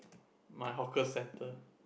my hawker centre